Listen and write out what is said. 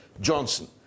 Johnson